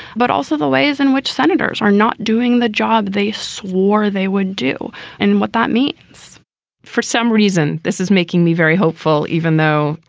but also the ways in which senators are not doing the job they swore they would do and what that means for some reason, this is making me very hopeful, even though,